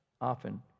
often